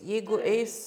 jeigu eis